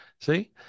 See